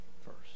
first